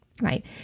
Right